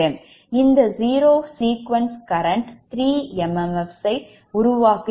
இந்தzero sequence current 3 mmf's யை உருவாக்குகிறது